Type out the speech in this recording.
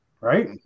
right